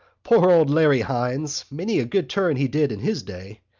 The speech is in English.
poor old larry hynes! many a good turn he did in his day!